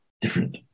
different